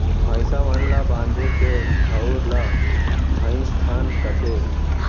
भईंसा मन ल बांधे के ठउर ल भइंसथान कथें